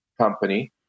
company